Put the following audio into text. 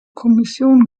kommission